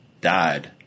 died